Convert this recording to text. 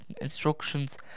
instructions